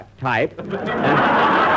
type